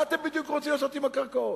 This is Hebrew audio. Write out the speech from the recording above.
מה אתם בדיוק רוצים לעשות עם הקרקעות?